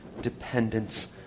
dependence